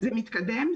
זה מתקדם.